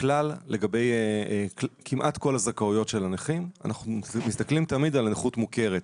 הכלל לגבי כמעט כל הזכויות של הנכים אנחנו מסתכלים תמיד על נכות מוכרת,